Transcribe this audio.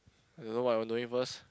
I don't know what I want to eat first